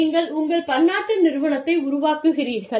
நீங்கள் உங்கள் பன்னாட்டு நிறுவனத்தை உருவாக்குகிறீர்கள்